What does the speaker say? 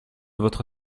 votre